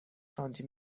سانتی